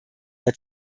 der